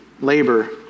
labor